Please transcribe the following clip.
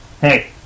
hey